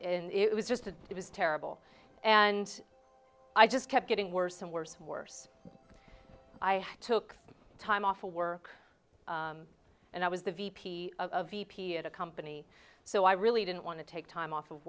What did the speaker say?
and it was just it was terrible and i just kept getting worse and worse and worse i took time off work and i was the v p of v p at a company so i really didn't want to take time off of